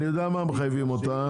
אני יודע מה מחייבים אותם.